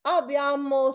abbiamo